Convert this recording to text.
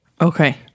Okay